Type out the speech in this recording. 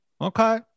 Okay